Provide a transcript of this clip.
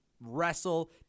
wrestle